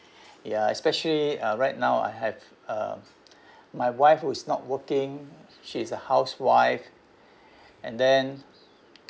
ya especially uh right now I have um my wife who is not working she is a housewife and then